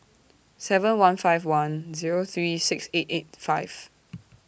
seven one five one Zero three six eight eight five